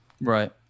Right